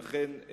לכן,